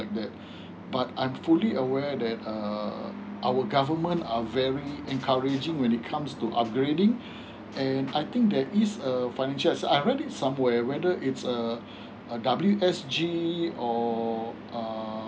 that but I'm fully aware that um our government are very encouraging when it comes to upgrading and I think that is a financial assi~ I read it somewhere whether it's a W_S_G or uh